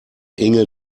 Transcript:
inge